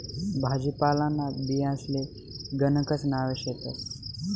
भाजीपालांना बियांसले गणकच नावे शेतस